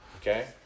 okay